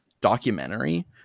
documentary